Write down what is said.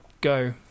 go